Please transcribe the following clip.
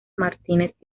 martínez